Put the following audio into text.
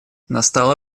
настало